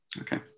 Okay